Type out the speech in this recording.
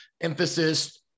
emphasis